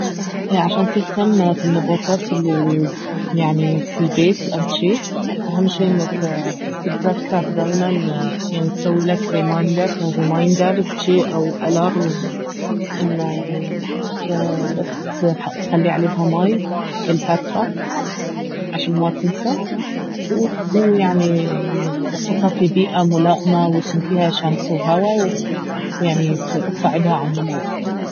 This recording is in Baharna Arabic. عشان تهتم في النباتات الي يعني في البيت او جي اهم شيء انك تتذكر دايما يعني تسويلك ريمايندرز جي أو الارم انه يعني تخلي عليها ماي كل فترة عشان ما تنسى ويعني تحطها في بيئة ملائمة ويكون فيها شمس وهواء يعني تساعدها على النمو